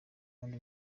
kandi